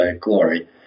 glory